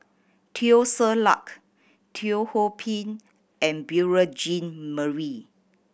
Teo Ser Luck Teo Ho Pin and Beurel Jean Marie